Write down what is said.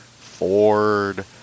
Ford